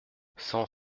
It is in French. cent